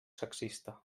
sexista